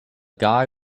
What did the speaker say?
guy